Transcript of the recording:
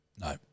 No